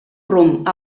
rumb